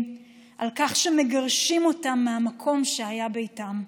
על כך שמגרשים אותם מהמקום שהיה ביתם.